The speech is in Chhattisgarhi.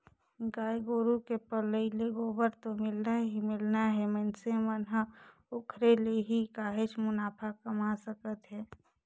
गाय गोरु के पलई ले गोबर तो मिलना ही मिलना हे मइनसे मन ह ओखरे ले ही काहेच मुनाफा कमा सकत हे